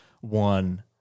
one